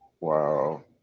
Wow